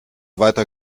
weiter